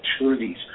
opportunities